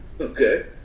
Okay